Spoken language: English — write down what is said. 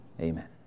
Amen